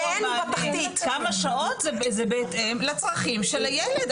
כמה שעות זה בהתאם לצרכים של הילד,